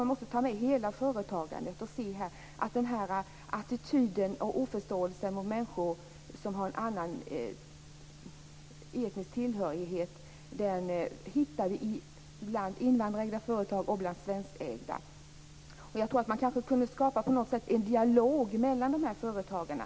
Man måste ta med hela företagandet i bilden och se att man hittar attityden till och oförståelsen inför människor med en annan etnisk tillhörighet både bland invandrarägda och svenskägda företag. Kanske skulle man på något sätt kunna skapa en dialog mellan företagarna.